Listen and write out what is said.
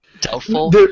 doubtful